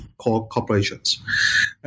corporations